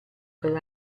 per